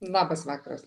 labas vakaras